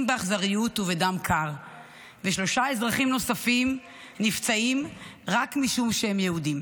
באכזריות ובדם קר ושלושה אזרחים נוספים נפצעים רק משום שהם יהודים.